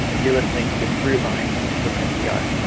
ah you're listening to to throughline from npr